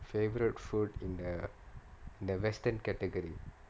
favourite food in th~ in the western category